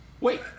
Wait